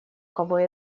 кого